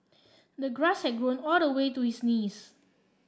the grass had grown all the way to his knees